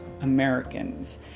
Americans